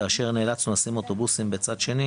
כאשר נאלצנו לשים אוטובוסים בצד שני